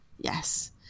yes